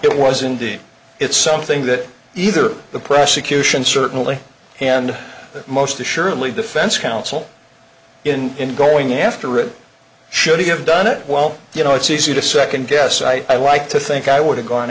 it was indeed it's something that either the prosecution certainly and that most assuredly defense counsel in going after it should have done it well you know it's easy to second guess i like to think i would have gone